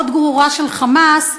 עוד גרורה של "חמאס",